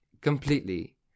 completely